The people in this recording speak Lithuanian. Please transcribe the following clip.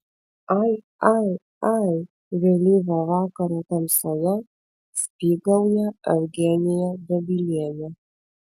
ai ai ai vėlyvo vakaro tamsoje spygauja eugenija dobilienė